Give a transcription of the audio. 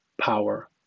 power